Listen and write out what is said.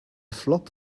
flop